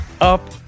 up